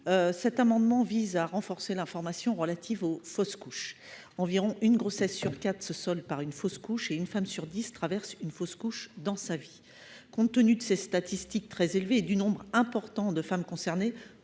Cet amendement vise à renforcer l'information relative aux fausses couches. Environ une grossesse sur quatre trouve une telle fin ; une femme sur dix fait une fausse couche dans sa vie. Au vu de ces statistiques très élevées et du nombre important de femmes concernées,